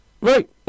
Right